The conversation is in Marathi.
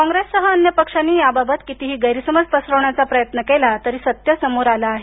कॉंग्रेससह अन्य पक्षानी याबाबत कितीही गैरसमज पसरवण्याचा प्रयत्न केला तरी सत्य समोर आलं आहे